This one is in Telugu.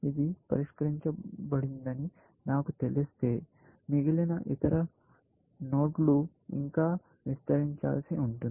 ఇది పరిష్కరించబడిందని నాకు తెలిస్తే మిగిలిన ఇతర నోడ్లు ఇంకా విస్తరించాల్సి ఉంటుంది